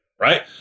right